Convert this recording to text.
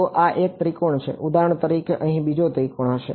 તો આ 1 ત્રિકોણ છે ઉદાહરણ તરીકે અહીં બીજો ત્રિકોણ હશે